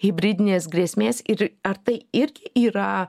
hibridinės grėsmės ir ar tai irgi yra